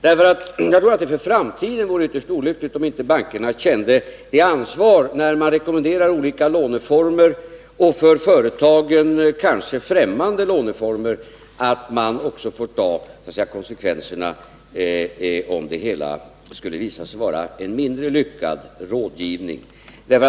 Jag tror nämligen att det för framtiden vore ytterst olyckligt om inte bankerna när de rekommenderar olika låneformer — kanske också för företagen främmande låneformer — känner ansvar för konsekvenserna, om det hela skulle visa sig vara en mindre lyckad rådgivning.